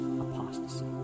apostasy